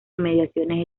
inmediaciones